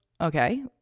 okay